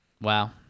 wow